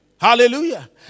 Hallelujah